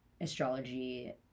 astrology